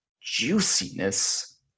juiciness